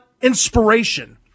inspiration